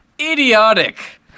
Idiotic